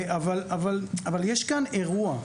אבל יש כאן אירוע.